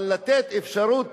אבל אפשרות